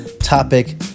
topic